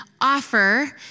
offer